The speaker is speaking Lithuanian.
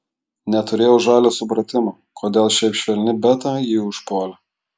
neturėjau žalio supratimo kodėl šiaip švelni beta jį užpuolė